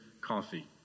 Coffee